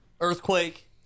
Earthquake